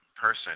person